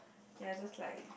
ya just like